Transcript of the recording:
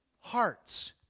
hearts